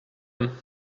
him